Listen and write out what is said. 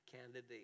candidate